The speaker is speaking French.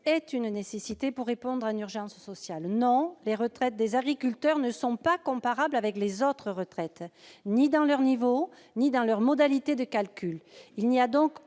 est une nécessité pour répondre à une urgence sociale. Non, les retraites des agriculteurs ne sont pas comparables avec les autres retraites ni dans leur niveau ni dans leurs modalités de calcul.